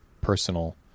personal